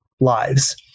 Lives